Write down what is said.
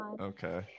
okay